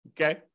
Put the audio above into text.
okay